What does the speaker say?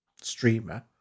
streamer